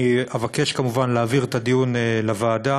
אני אבקש כמובן להעביר את הדיון לוועדה.